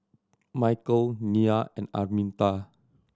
Michale Nyah and Arminta